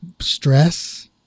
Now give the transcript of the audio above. stress